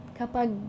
kapag